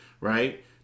right